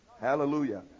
Hallelujah